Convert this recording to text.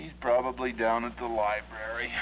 he's probably down at the library